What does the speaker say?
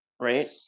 Right